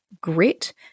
grit